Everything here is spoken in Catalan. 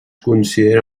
considera